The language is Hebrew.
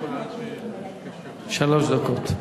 שלוש דקות.